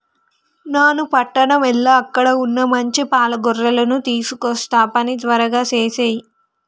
నాను పట్టణం ఎల్ల అక్కడ వున్న మంచి పాల గొర్రెలను తీసుకొస్తా పని త్వరగా సేసేయి